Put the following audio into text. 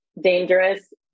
dangerous